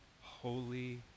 holy